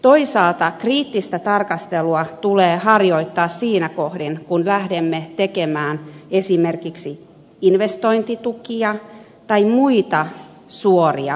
toisaalta kriittistä tarkastelua tulee harjoittaa siinä kohdin kun lähdemme tekemään esimerkiksi investointitukia tai muita suoria tukia